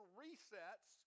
resets